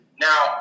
Now